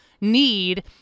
need